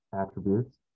attributes